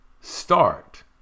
start